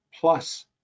plus